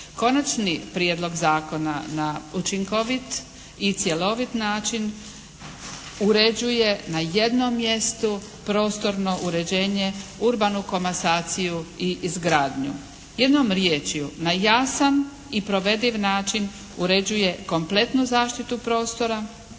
Konačni prijedlog zakona na učinkovit i cjelovit način uređuje na jednom mjestu prostorno uređenje, urbanu komasaciju i izgradnju. Jednom riječju na jasan i provediv način uređuje kompletnu zaštitu prostora